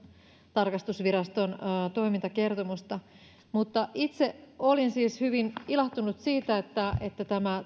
tarkastusviraston toimintakertomusta itse olin hyvin ilahtunut siitä että että tämä